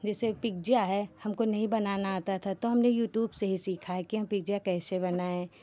जैसे पिज्जा है हमको नहीं बनाना आता था तो हमने यूट्यूब से ही सीखा है कि हम पिज्जा कैसे बनाएँ